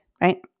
right